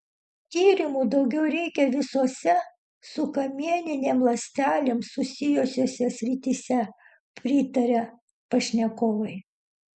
tyrimų daugiau reikia visose su kamieninėm ląstelėm susijusiose srityse pritaria pašnekovai